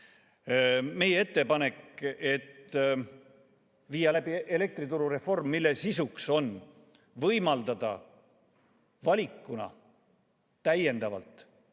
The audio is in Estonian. Meie ettepanek on viia ellu elektrituru reform, mille sisuks on võimaldada valikuna täiendavalt